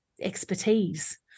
expertise